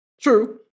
True